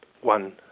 one